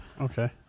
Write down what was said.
Okay